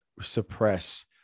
suppress